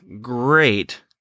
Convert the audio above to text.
great